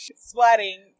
sweating